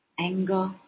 Anger